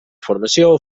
formació